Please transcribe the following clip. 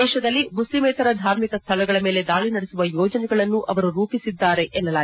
ದೇಶದಲ್ಲಿ ಮುಖ್ಲಮೇತರ ಧಾರ್ಮಿಕ ಸ್ವಳಗಳ ಮೇಲೆ ದಾಳಿ ನಡೆಸುವ ಯೋಜನೆಗಳನ್ನು ಅವರು ರೂಪಿಸಿದ್ದಾರೆ ಎನ್ನಲಾಗಿದೆ